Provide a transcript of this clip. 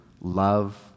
love